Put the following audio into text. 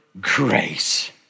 grace